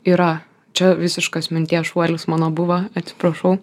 yra čia visiškas minties šuolis mano buvo atsiprašau